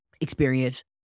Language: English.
experience